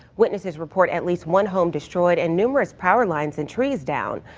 witnesses report at least one home destroyed and numerous power lines and tress down.